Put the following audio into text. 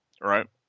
right